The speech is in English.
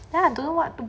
I don't know what to buy